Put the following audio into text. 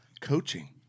coaching